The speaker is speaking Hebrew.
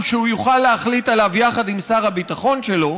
שהוא יוכל להחליט עליו יחד עם שר הביטחון שלו